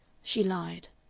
she lied.